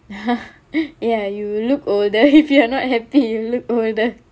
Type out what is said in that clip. ya you will look older if you're not happy you'll look older